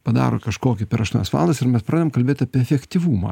padaro kažkokį per aštuonias valandas ir mes pradedam kalbėt apie efektyvumą